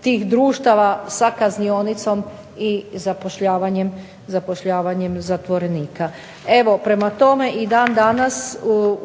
tih društava sa kaznionicom i zapošljavanjem zatvorenika. Evo, prema tome i dan danas